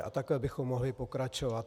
A takhle bychom mohli pokračovat.